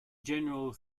general